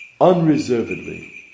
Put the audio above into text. unreservedly